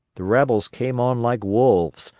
the rebels came on like wolves,